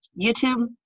YouTube